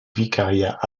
vicariat